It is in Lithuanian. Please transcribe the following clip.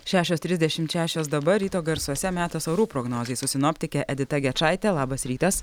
šešios trisdešim šešios dabar ryto garsuose metas orų prognozei su sinoptike edita gečaite labas rytas